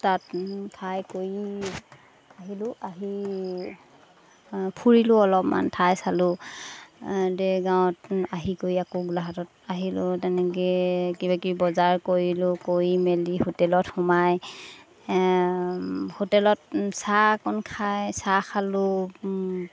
তাত খাই কৰি আহিলোঁ আহি ফুৰিলোঁ অলপমান ঠাই চালোঁ দেৰগাঁৱত আহি কৰি আকৌ গোলাঘাটত আহিলোঁ তেনেকৈ কিবা কিবি বজাৰ কৰিলোঁ কৰি মেলি হোটেলত সোমাই হোটেলত চাহ অকণ খায় চাহ খালোঁ